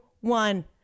one